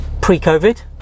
pre-COVID